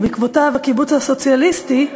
ובעקבותיו הקיבוץ הסוציאליסטי,